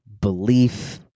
belief